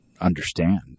understand